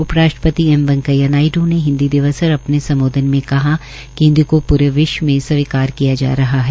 उप राष्ट्रपति एम वैंकेया नायडू ने हिन्दी दिवस पर अपने सम्बोधन में कहा कि हिन्दी को पूरे विश्व मे स्वीकार किया जा रहा है